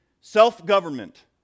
Self-government